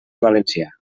valencià